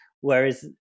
whereas